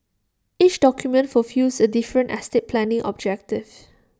each document fulfils A different estate planning objective